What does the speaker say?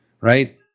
right